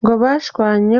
bashwanye